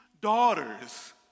daughters